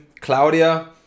Claudia